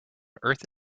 earth